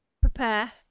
prepare